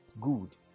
Good